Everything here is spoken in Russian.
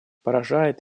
поражает